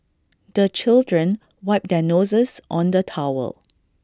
the children wipe their noses on the towel